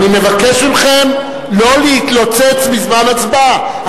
נגד אני מבקש מכם לא להתלוצץ בזמן הצבעה.